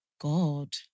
God